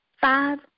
five